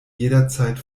jederzeit